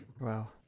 Wow